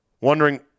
wondering